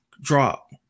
drop